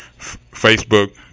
Facebook